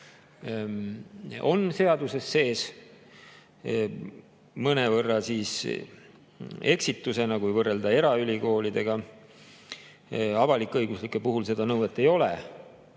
on seaduses sees. Mõnevõrra eksitusena, kui võrrelda eraülikoolidega, avalik-õiguslike puhul seda nõuet ei ole.